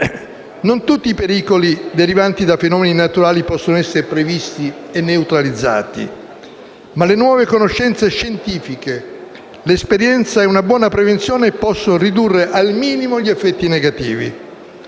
Non tutti i pericoli derivanti da fenomeni naturali possono essere previsti e neutralizzati, ma le nuove conoscenze scientifiche, l'esperienza e una buona prevenzione possono ridurne al minimo gli effetti negativi.